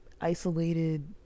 isolated